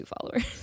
followers